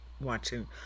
watching